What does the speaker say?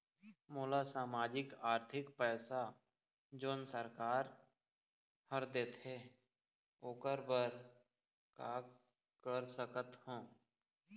मोला सामाजिक आरथिक पैसा जोन सरकार हर देथे ओकर बर का कर सकत हो?